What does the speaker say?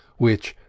which,